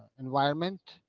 environment?